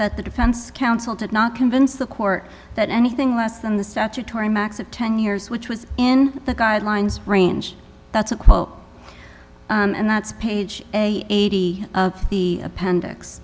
that the defense counsel did not convince the court that anything less than the statutory max of ten years which was in the guidelines range that's a quote and that's page eighty of the appendix